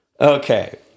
Okay